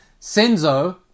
Senzo